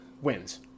wins